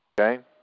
Okay